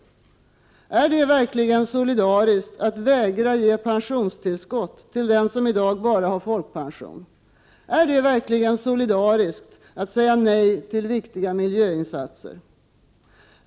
Är det verkligen solidaritet att vägra ge pensionstillskott till dem som i dag bara har folkpension? Är det verkligen solidaritet att säga nej till viktiga miljöinsatser?